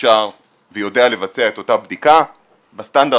הוכשר ויודע לבצע את אותה בדיקה בסטנדרט